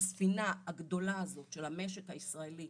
הספינה הגדולה הזאת של המשק הישראלי,